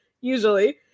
Usually